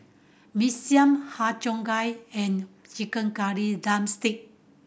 Mee Siam Har Cheong Gai and chicken curry drumstick